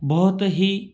बहुत ही